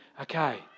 okay